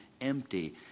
empty